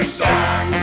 song